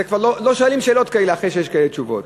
כבר לא שואלים שאלות כאלה אחרי שיש כאלה תשובות.